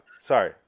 Sorry